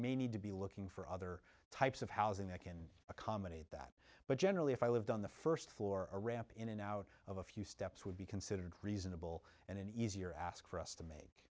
may need to be looking for other types of housing that can accommodate that but generally if i lived on the first floor a ramp in and out of a few steps would be considered reasonable and an easier ask for us to make